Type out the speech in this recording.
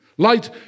Light